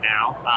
now